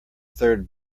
third